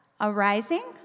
arising